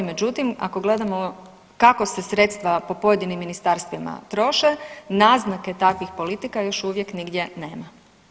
Međutim, ako gledamo kako se sredstva po pojedinim ministarstvima troše naznake takvih politika još uvijek nigdje nema.